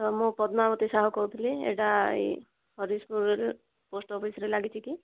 ହଁ ମୁଁ ପଦ୍ମାବତୀ ସାହୁ କହୁଥିଲି ଏଇଟା ହରିଶପୁର ପୋଷ୍ଟଅଫିସରେ ଲାଗିଛି କି